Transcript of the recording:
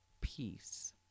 Peace